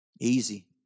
easy